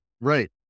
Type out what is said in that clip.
Right